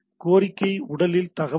கோரிக்கை உடலில் தகவல் உள்ளது